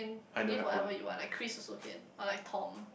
give whatever you want like Chris also can or like Tom